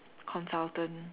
consultant